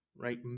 right